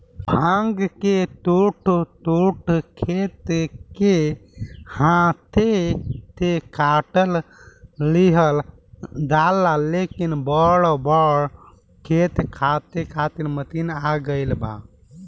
भांग के छोट छोट खेत के हाथे से काट लिहल जाला, लेकिन बड़ बड़ खेत काटे खातिर मशीन आ गईल बा